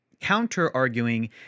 counter-arguing